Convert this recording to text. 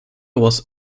was